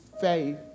faith